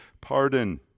pardon